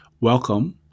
Welcome